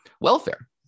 Welfare